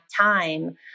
time